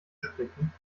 sprechen